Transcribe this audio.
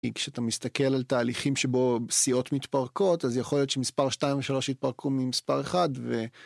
כשאתה מסתכל על תהליכים שבו סיעות מתפרקות אז יכול להיות שמספר 2 ו3 התפרקו ממספר 1 ו...